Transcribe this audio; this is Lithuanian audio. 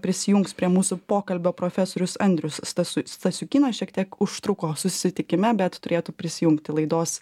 prisijungs prie mūsų pokalbio profesorius andrius stasu stasiukynas šiek tiek užtruko susitikime bet turėtų prisijungti laidos